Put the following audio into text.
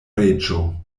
reĝo